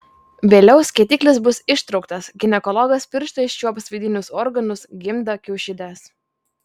vėliau skėtiklis bus ištrauktas ginekologas pirštais čiuops vidinius organus gimdą kiaušides